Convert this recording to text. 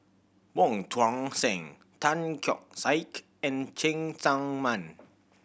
Wong Tuang Seng Tan Keong Saik and Cheng Tsang Man